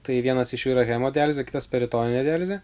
tai vienas iš jų yra hemodializė peritoninė dializė